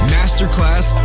Masterclass